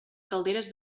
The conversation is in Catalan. calderes